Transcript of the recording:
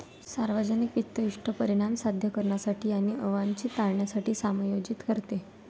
सार्वजनिक वित्त इष्ट परिणाम साध्य करण्यासाठी आणि अवांछित टाळण्यासाठी समायोजित करते